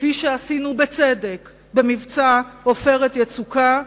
כפי שעשינו בצדק במבצע "עופרת יצוקה".